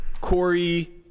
Corey